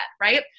Right